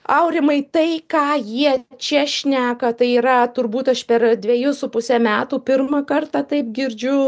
aurimai tai ką jie čia šneka tai yra turbūt aš per dvejus su puse metų pirmą kartą taip girdžiu